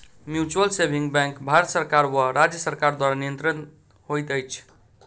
mutual saving bank Bharat सरकार वा राज्य सरकार द्वारा नियंत्रित होइत छै